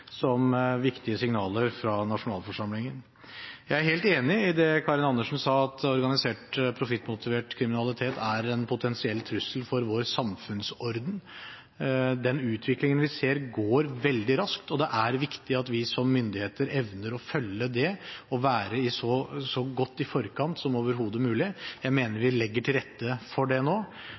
som viktige signaler fra nasjonalforsamlingen. Jeg er helt enig i det representanten Karin Andersen sa om at organisert, profittmotivert kriminalitet er en potensiell trussel for vår samfunnsorden. Den utviklingen vi ser, går veldig raskt, og det er viktig at vi som myndigheter evner å følge den og være så godt i forkant som overhodet mulig. Jeg mener vi legger til rette for det nå,